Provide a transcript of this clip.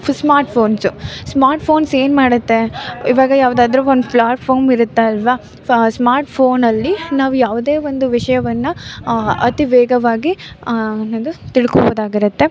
smart phones smart phones ಏನು ಮಾಡುತ್ತೆ ಈವಾಗ ಯಾವ್ದಾದ್ರೂ ಒಂದು ಫ್ಲಾಟ್ಫಾರ್ಮ್ ಇರುತ್ತೆ ಅಲ್ವ ಫ ಸ್ಮಾರ್ಟ್ ಫೋನಲ್ಲಿ ನಾವು ಯಾವುದೇ ಒಂದು ವಿಷಯವನ್ನು ಅತಿ ವೇಗವಾಗಿ ಅನ್ನೋದು ತಿಳ್ಕೊಳ್ಬೋದಾಗಿರುತ್ತೆ